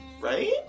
right